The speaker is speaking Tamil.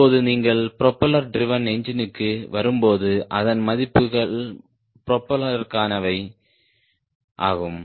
இப்போது நீங்கள் ப்ரொபெல்லர் ட்ரிவேன் என்ஜினுக்கு வரும்போது அதன் மதிப்புகள் ப்ரொபெல்லருக்கானவை ஆகும்